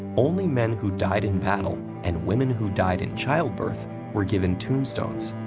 only men who died in battle and women who died in childbirth were given tombstones.